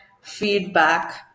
feedback